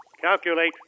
Calculate